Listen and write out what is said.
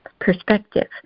perspective